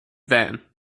van